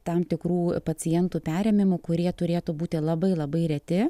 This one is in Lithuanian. tam tikrų pacientų perėmimų kurie turėtų būti labai labai reti